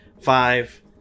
five